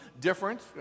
different